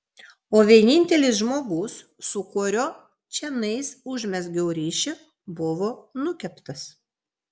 o vienintelis žmogus su kuriuo čionais užmezgiau ryšį buvo nukeptas